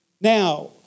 Now